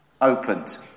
opened